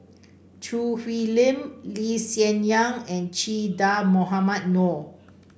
Choo Hwee Lim Lee Hsien Yang and Che Dah Mohamed Noor